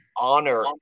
honor